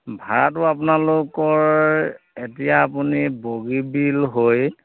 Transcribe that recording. ভাড়াটো আপোনালোকৰ এতিয়া আপুনি বগীবিল হৈ